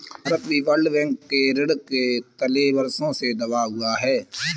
भारत भी World Bank के ऋण के तले वर्षों से दबा हुआ है